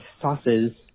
sauces